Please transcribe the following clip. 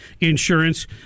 insurance